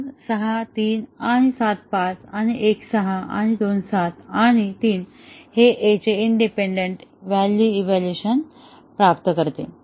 2 आणि 6 3 आणि 7 5 आणि 1 6 आणि 2 7 आणि 3 हे A चे इंडिपेंडंट व्हॅल्यू इव्हॅल्युएशन प्राप्त करते